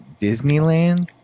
Disneyland